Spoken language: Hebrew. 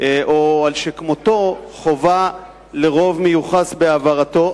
או על שכמותו חובה של רוב מיוחס בהעברתו.